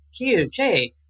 QJ